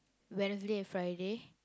Wednesday and Friday